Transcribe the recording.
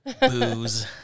booze